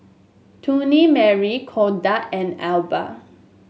Chutney Mary Kodak and Alba